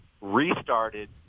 restarted